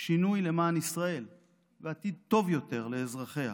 שינוי למען ישראל ועתיד טוב יותר לאזרחיה.